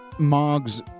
Mog's